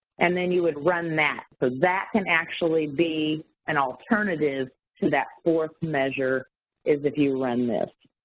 and then you would run that. so, that can actually be an alternative to that fourth measure is if you run this.